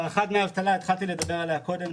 הארכת דמי אבטלה, התחלתי לדבר על זה קודם.